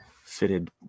fitted